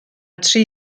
tri